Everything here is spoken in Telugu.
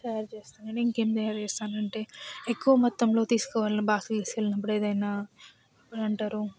తయారుచేస్తాను నేను ఇంకేం తయారుచేస్తాను అంటే ఎక్కువ మొత్తంలో తీసుకు వెళ్ళిన బాక్సులు తీసుకు వెళ్ళినప్పుడు ఏదయినా ఏమంటారు